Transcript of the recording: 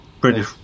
British